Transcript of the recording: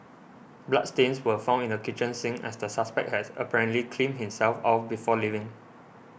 bloodstains were found in the kitchen sink as the suspect has apparently cleaned himself off before leaving